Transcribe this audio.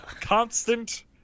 constant